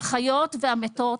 החיות והמתות,